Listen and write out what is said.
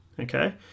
Okay